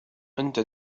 أنت